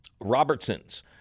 Robertson's